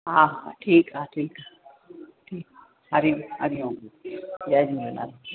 हा हा ठीकु आहे ठीकु आहे ठीकु हरि ओम हरि ओम जय झूलेलाल